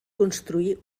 construí